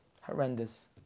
horrendous